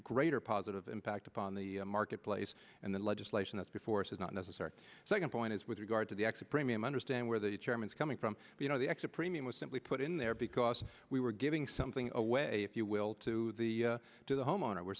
greater positive impact upon the marketplace and the legislation that's before us is not necessary second point is with regard to the exit premium understand where the chairman's coming from you know the extra premium was simply put in there because we were giving something away if you will to the to the homeowner were